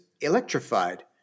electrified